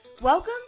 Welcome